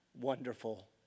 wonderful